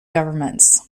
governments